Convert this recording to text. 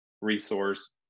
resource